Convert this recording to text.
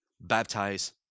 baptize